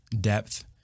depth